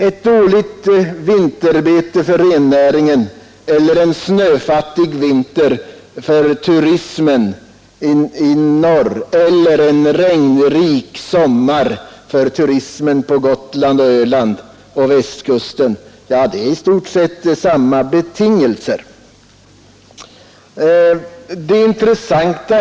Ett dåligt vinterbete för rennäringen, en snöfattig vinter för turismen i fjällregionen eller en solfattig sommar för turismen på Gotland, Öland och Västkusten är i stort sett lika problematiska företeelser.